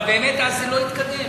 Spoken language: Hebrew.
אבל באמת אז לא התקדם,